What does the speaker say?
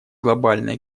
глобальное